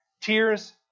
tears